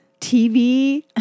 TV